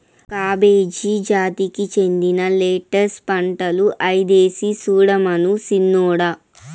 cabbage జాతికి చెందిన lettuce పంటలు ఐదేసి సూడమను సిన్నోడా